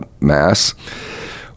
Mass